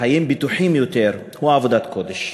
חיים בטוחים יותר הוא עבודת קודש,